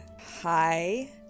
hi